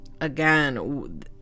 Again